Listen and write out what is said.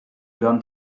gun